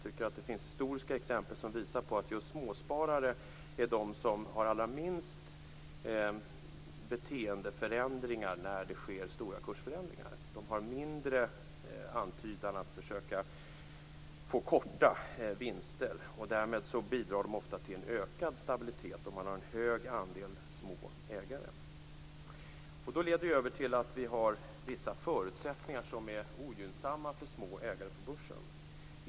Det finns historiska exempel som visar på att småsparare är de som har allra minst beteendeförändringar när det sker stora kursförändringar. De har mindre antydan att försöka få korta vinster. En hög andel små ägare bidrar till en ökad stabilitet. Detta leder över till vissa förutsättningar som är ogynnsamma för små ägare på börsen.